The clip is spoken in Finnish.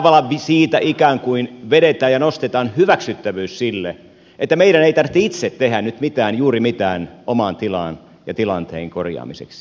tavallaan siitä ikään kuin vedetään ja nostetaan hyväksyttävyys sille että meidän ei tarvitse itse tehdä nyt juuri mitään oman tilan ja tilanteen korjaamiseksi